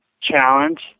challenge